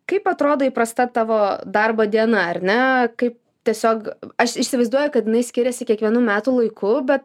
kaip atrodo įprasta tavo darbo diena ar ne kaip tiesiog aš įsivaizduoju kad jinai skiriasi kiekvienu metų laiku bet